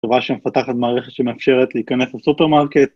חברה שמפתחת מערכת שמאפשרת להיכנס לסופרמרקט.